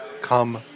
come